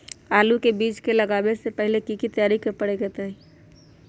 आलू के बीज के लगाबे से पहिले की की तैयारी करे के परतई?